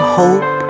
hope